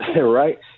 right